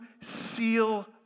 seal